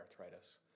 arthritis